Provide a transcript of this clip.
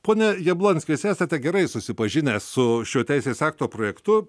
pone jablonski jūs esate gerai susipažinęs su šiuo teisės akto projektu